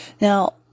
Now